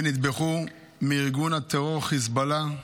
הם נטבחו על ידי ארגון הטרור חיזבאללה,